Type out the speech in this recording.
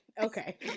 okay